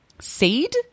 seed